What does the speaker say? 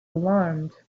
alarmed